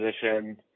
position